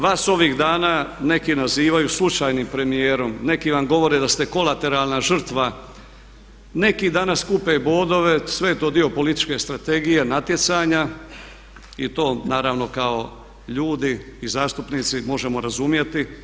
Vas ovih dana neki nazivaju slučajnim premijerom, neki vam govore da ste kolateralna žrtva, neki danas kupe bodove sve je to dio političke strategije, natjecanja i to naravno kao ljudi i zastupnici možemo razumjeti.